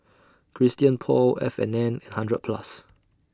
Christian Paul F and N and hundred Plus